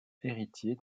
héritier